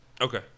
Okay